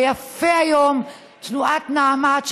ויפה עשתה היום תנועת נעמת,